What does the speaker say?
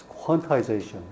quantization